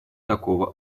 такого